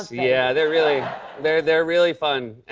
yeah, they're really they're they're really fun.